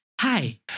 Hi